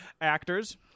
actors